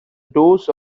doors